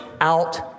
out